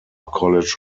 college